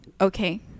Okay